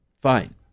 fine